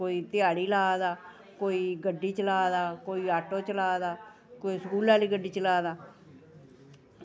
कोई ध्याड़ी ला दा कोई गड्डी चला दा कोई ऑटो चला दा कोई स्कूल आह्ली गड्डी चला दा